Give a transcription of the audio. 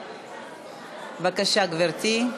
בבקשה, גברתי.